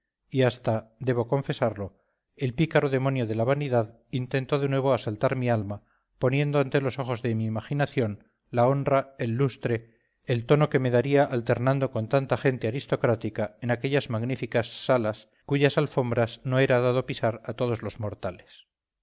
y hasta debo confesarlo el pícaro demonio de la vanidad intentó de nuevo asaltar mi alma poniendo ante los ojos de mi imaginación la honra el lustre el tono que me daría alternando con tanta gente aristocrática en aquellas magníficas salas cuyas alfombras no era dado pisar a todos los mortales